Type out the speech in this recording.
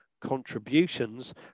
Contributions